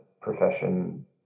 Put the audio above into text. profession